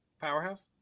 Powerhouse